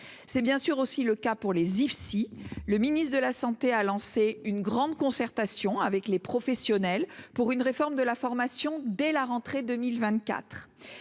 C'est également le cas pour les Ifsi. Le ministre de la santé a lancé une grande concertation avec les professionnels pour engager une réforme de la formation dès la rentrée de 2024.